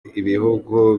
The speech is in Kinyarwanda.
ibihugu